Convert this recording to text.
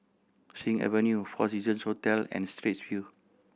Sing Avenue Four Seasons Hotel and Straits View